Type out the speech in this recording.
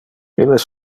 illes